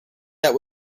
that